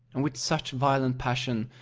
and with such violent passion,